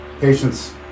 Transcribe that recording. Patience